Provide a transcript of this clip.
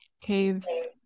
Caves